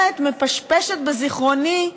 מפשפשת בזיכרוני,